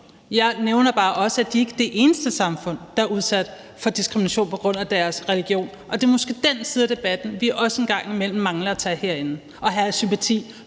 Jeg nævner også bare, at det ikke er det eneste samfund, der er udsat for diskrimination på grund af deres religion, og det er måske den side af debatten, som vi nogle gange mangler at tage herinde, altså i